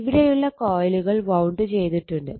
ഇവിടെയുള്ള കോയിലുകൾ വൌണ്ട് ചെയ്തിട്ടുണ്ട്